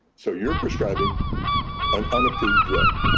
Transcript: so you're prescribing an unapproved drug.